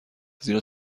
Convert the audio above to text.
زیرا